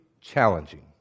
challenging